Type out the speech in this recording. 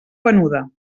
venuda